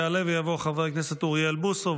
יעלה ויבוא חבר הכנסת אוריאל בוסו,